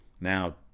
Now